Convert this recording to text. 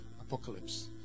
apocalypse